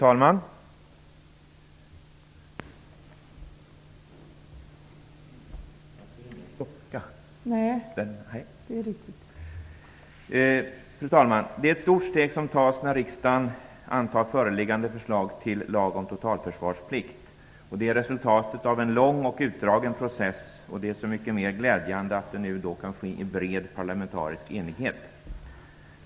Fru talman! Det är ett stort steg som tas när riksdagen antar föreliggande förslag till lag om totalförsvarsplikt. Det är resultatet av en lång och utdragen process. Därför är det så mycket mer glädjande att detta nu kan ske i en bred parlamentarisk enighet.